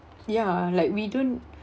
ya like we don't